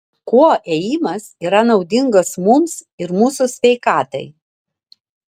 kuo ėjimas yra naudingas mums ir mūsų sveikatai